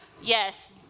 yes